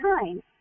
time